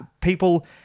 people